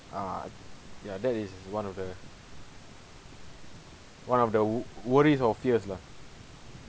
ah ya that is one of the one of the wo~ worries or fears lah